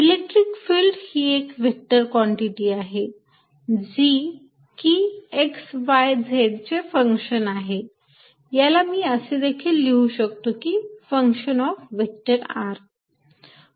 electric field हि एक vector quantity आहे जी की x y z चे फंक्शन आहे याला मी असे देखील लिहू शकतो फंक्शन ऑफ व्हेक्टर r